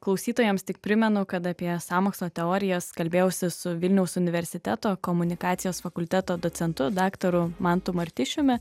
klausytojams tik primenu kad apie sąmokslo teorijas kalbėjausi su vilniaus universiteto komunikacijos fakulteto docentu daktaru mantu martišiumi